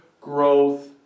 growth